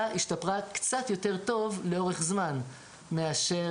השתפרה קצת יותר טוב לאורך זמן מאשר